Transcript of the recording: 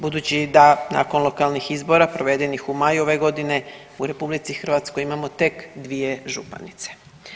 Budući da nakon lokalnih izbora provedenih u maju ove godine u RH imamo tek 2 županice.